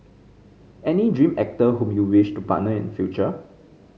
any dream actor whom you wish to partner in future